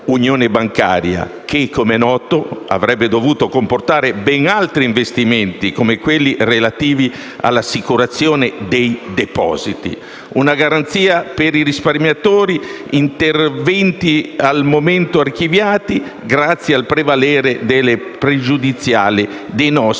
decantata unione bancaria che, come è noto, avrebbe dovuto comportare ben altri investimenti, come quelli relativi all'assicurazione dei depositi: una garanzia per i risparmiatori. Interventi al momento archiviati, grazie al prevalere delle pregiudiziali dei nostri amici